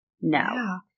No